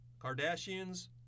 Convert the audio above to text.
Kardashians